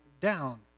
down